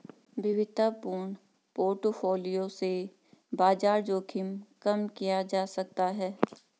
विविधतापूर्ण पोर्टफोलियो से बाजार जोखिम कम किया जा सकता है